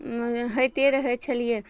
होइते रहय छलियै